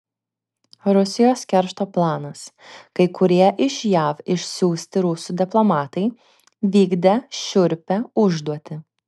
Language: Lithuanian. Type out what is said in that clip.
rusijos keršto planas kai kurie iš jav išsiųsti rusų diplomatai vykdė šiurpią užduotį